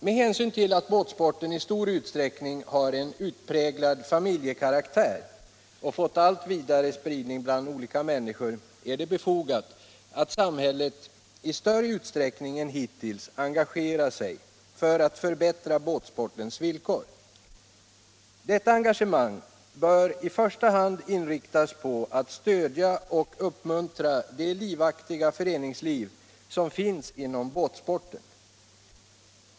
Med hänsyn till att båtsporten i stor utsträckning har en utpräglad familjekaraktär och fått allt vidare spridning bland olika slags människor är det befogat att samhället i större utsträckning än hittills engagerar sig för att förbättra båtsportens villkor. Detta engagemang bör i första hand inriktas på att stödja och uppmuntra det livaktiga föreningsliv som finns inom båtsporten.